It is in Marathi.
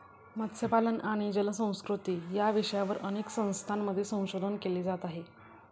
मत्स्यपालन आणि जलसंस्कृती या विषयावर अनेक संस्थांमध्ये संशोधन केले जात आहे